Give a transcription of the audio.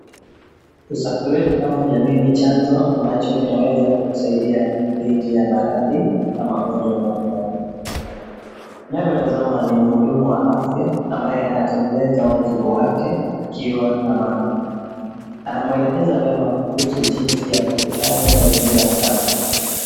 Usafi wetu kama jamii ni chanzo ambacho kinaweza kutusaidia dhidi ya maradhi na magonjwa mbalimbali. Tunavyotazama ni muhudumu wa afya ambaye anatekeleza wajibu wake akiwa na mama. Anamwelekeza vyema kuhusu jinsi ya kuhifadhi mazingira safi.